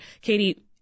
Katie